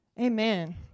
Amen